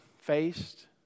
faced